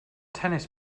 tennis